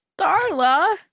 Darla